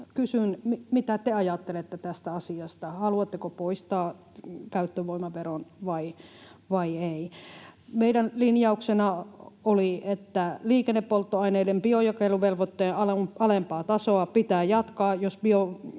Mitä te ajattelette tästä asiasta? Haluatteko poistaa käyttövoimaveron, vai ettekö halua? Meidän linjauksena oli, että liikennepolttoaineiden biojakeluvelvoitteen alempaa tasoa pitää jatkaa, jos